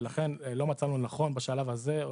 ולכן לא מצאנו לנכון בשלב הזה.